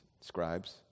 scribes